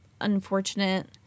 unfortunate